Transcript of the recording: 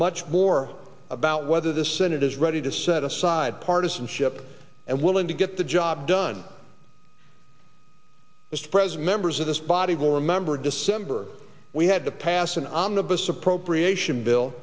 much more about whether the senate is ready to set aside partisanship and willing to get the job done is to present members of this body will remember december we had to pass an omnibus appropriation bill